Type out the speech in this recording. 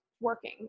working